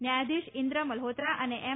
ન્યાયાધિશ ઇન્દ્ર મલ્હોત્રા અને એમ